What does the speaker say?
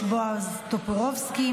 בועז טופורובסקי,